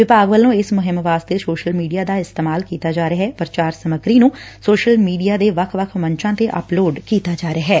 ਵਿਭਾਗ ਵੱਲੋਂ ਇਸ ਮੁਹਿੰਮ ਵਾਸਤੇ ਸੋਸ਼ਲ ਮੀਡੀਆ ਦਾ ਇਸਤੇਮਾਲ ਕੀਤਾ ਜਾ ਰਿਹੈ ਪ੍ਰਚਾਰ ਸਮੱਗਰੀ ਨੂੰ ਸੋਸ਼ਲ ਮੀਡੀਆ ਦੇ ਵੱਖ ਵੱਖ ਮੰਚਾ ਤੇ ਅਪਲੋਡ ਕੀਤਾ ਜਾ ਰਿਹੈ